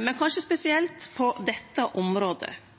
men kanskje spesielt på dette området.